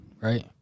right